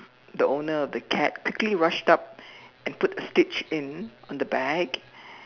the owner of the cat quickly rushed up and put a stitch in on the bag